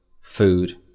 food